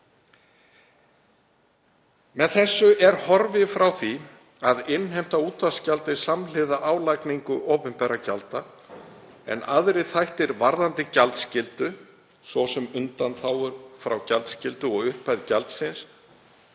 Með þessu er horfið frá því að innheimta útvarpsgjaldið samhliða álagningu opinberra gjalda en aðrir þættir varðandi gjaldskyldu, undanþágur frá gjaldskyldu og upphæð gjaldsins